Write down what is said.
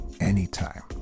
anytime